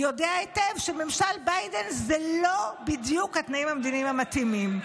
יודע היטב שממשל ביידן הוא לא בדיוק התנאים המתאימים.